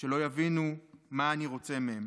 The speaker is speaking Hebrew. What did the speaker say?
שלא יבינו מה אני רוצה מהם.